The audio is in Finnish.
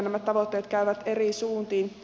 nämä tavoitteet käyvät eri suuntiin